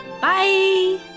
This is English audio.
Bye